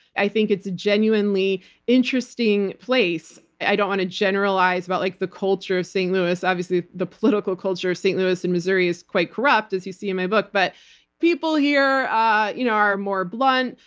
i think it's a genuinely interesting place. i don't want to generalize about like the culture of st. louis. obviously, the political culture of st. louis and missouri is quite corrupt, as you see in my book. but people here ah you know are more blunt,